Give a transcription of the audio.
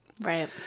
Right